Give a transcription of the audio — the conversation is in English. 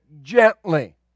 gently